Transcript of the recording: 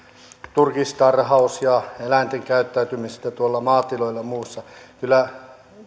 turkistarhaus ja eläinten käyttäytyminen tuolla maatiloilla ja muuta kyllä